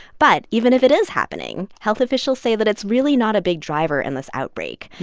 but even if it is happening, health officials say that it's really not a big driver in this outbreak,